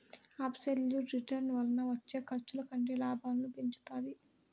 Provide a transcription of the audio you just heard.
absolute return వలన వచ్చే ఖర్చుల కంటే లాభాలను పెంచుతాది